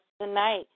tonight